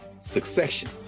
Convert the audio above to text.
succession